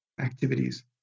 activities